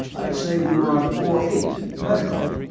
i'd say we were on floor eight medical.